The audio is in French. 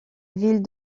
ville